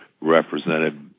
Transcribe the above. represented